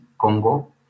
Congo